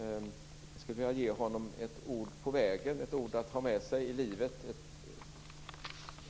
Jag skulle vilja ge honom ett ord på vägen, ett ord att ha med sig i livet -